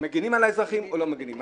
מגינים על האזרחים או לא מגינים על האזרחים.